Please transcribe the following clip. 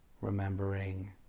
remembering